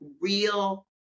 real